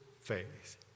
faith